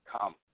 come